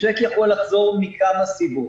צ'ק יכול לחזור מכמה סיבות.